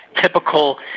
typical